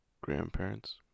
Grandparents